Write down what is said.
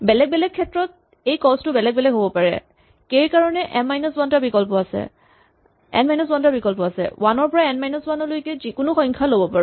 বেলেগ বেলেগ ক্ষেত্ৰত এই কস্ত টো বেলেগ বেলেগ হ'ব কে ৰ কাৰণে এন মাইনাচ ৱান টা বিকল্প আছে ৱান ৰ পৰা এন মাইনাচ ৱান লৈ যিকোনো সংখ্যা ল'ব পাৰো